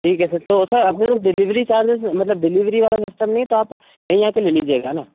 ठीक है सर तो सर आप मुझे डिलीवरी चार्जेज मतलब डिलीवरी वाला सिस्टम नही तो आप यही आ के लीजिएगा ना